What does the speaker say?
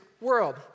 world